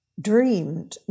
dreamed